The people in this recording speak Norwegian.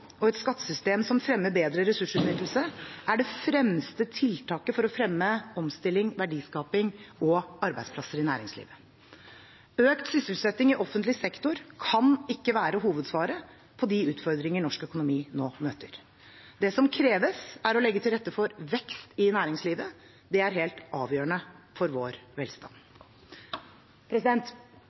og et skattesystem som fremmer bedre ressursutnyttelse, er det fremste tiltaket for å fremme omstilling, verdiskaping og arbeidsplasser i næringslivet. Økt sysselsetting i offentlig sektor kan ikke være hovedsvaret på de utfordringer norsk økonomi nå møter. Det som kreves, er å legge til rette for vekst i næringslivet. Det er helt avgjørende for vår velstand.